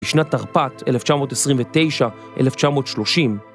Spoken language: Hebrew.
בשנת תרפט 1929-1930